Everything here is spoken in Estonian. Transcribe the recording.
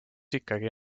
ikkagi